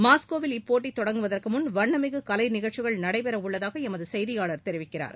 மாஸ்கோவில் இப்போட்டி தொடங்குவதற்கு முன் வண்ணமிகு கலைநிகழ்ச்சிகள் நடைபெறவுள்ளதாக எமது செய்தியாளர் தெரிவிக்கிறார்